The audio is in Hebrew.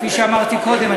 כפי שאמרתי קודם,